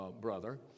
brother